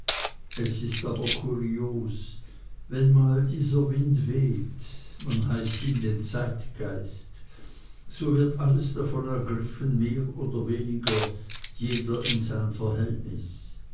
es ist aber kurios wenn mal dieser wind weht man heißt ihn den zeitgeist so wird alles davon ergriffen mehr oder weniger jeder in seinem verhältnis